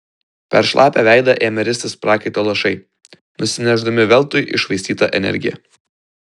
per šlapią veidą ėmė ristis prakaito lašai nusinešdami veltui iššvaistytą energiją